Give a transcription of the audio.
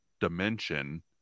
dimension